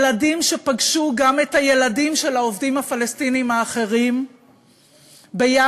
ילדים שפגשו גם את הילדים של העובדים הפלסטינים האחרים ביחד,